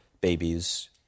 babies